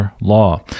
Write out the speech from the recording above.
Law